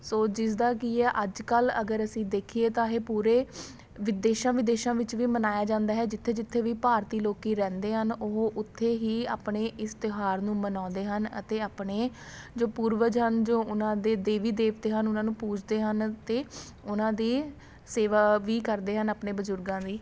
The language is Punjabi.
ਸੋ ਜਿਸਦਾ ਕੀ ਹੈ ਅੱਜ ਕੱਲ੍ਹ ਅਗਰ ਅਸੀਂ ਦੇਖੀਏ ਤਾਂ ਇਹ ਪੂਰੇ ਵਿਦੇਸ਼ਾਂ ਵਿਦੇਸ਼ਾਂ ਵਿੱਚ ਵੀ ਮਨਾਇਆ ਜਾਂਦਾ ਹੈ ਜਿੱਥੇ ਜਿੱਥੇ ਵੀ ਭਾਰਤੀ ਲੋਕ ਰਹਿੰਦੇ ਹਨ ਉਹ ਉੱਥੇ ਹੀ ਆਪਣੇ ਇਸ ਤਿਉਹਾਰ ਨੂੰ ਮਨਾਉਂਦੇ ਹਨ ਅਤੇ ਆਪਣੇ ਜੋ ਪੂਰਵਜ ਹਨ ਜੋ ਉਹਨਾਂ ਦੇ ਦੇਵੀ ਦੇਵਤੇ ਹਨ ਉਹਨਾਂ ਨੂੰ ਪੂਜਦੇ ਹਨ ਅਤੇ ਉਹਨਾਂ ਦੀ ਸੇਵਾ ਵੀ ਕਰਦੇ ਹਨ ਆਪਣੇ ਬਜ਼ੁਰਗਾਂ ਦੀ